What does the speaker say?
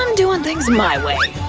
um doing things my way!